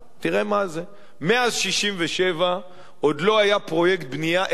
תראה מה זה: מאז 1967 עוד לא היה פרויקט בנייה אחד,